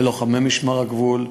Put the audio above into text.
ללוחמי משמר הגבול,